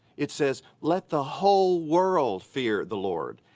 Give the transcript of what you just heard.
it says let the whole world fear the lord,